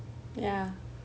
yeah